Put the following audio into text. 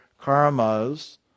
karmas